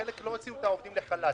חלק שלא הוציאו את העובדים לחל"ת,